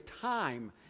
time